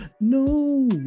no